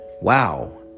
Wow